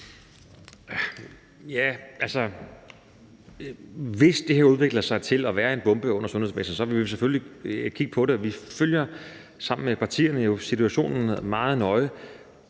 Altså, hvis det her udvikler sig til at være en bombe under sundhedsvæsenet, vil vi selvfølgelig kigge på det. Vi følger sammen med partierne jo situationen meget nøje,